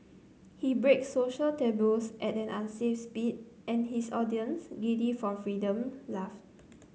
he breaks social taboos at an unsafe speed and his audience giddy from freedom laugh